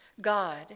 God